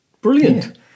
Brilliant